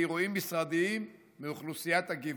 באירועים משרדיים מאוכלוסיית הגיוון.